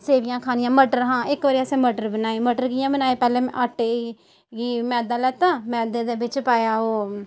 सेवियां खानियां मटर हां इक बारी असें मटर बनाए मटर कियां बनाए पैहले आटे गी मैदा लैता मैदे दे बिच पाया ओह्